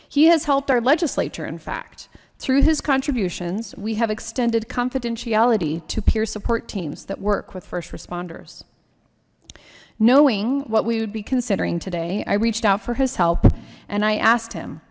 he has helped our legislature in fact through his contributions we have extended confidentiality to peer support teams that work with first responders knowing what we would be considering today i reached out for his help and i asked him